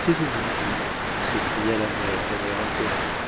taisez-vous jules s'écria la mère d'un air impérieux